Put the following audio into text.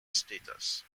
status